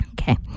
Okay